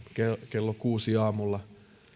kello kuudella aamulla